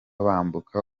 bambuka